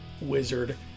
Wizard